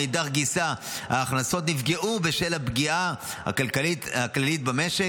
ומאידך גיסא ההכנסות נפגעו בשל הפגיעה הכלכלית הכללית במשק.